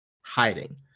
hiding